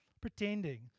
pretending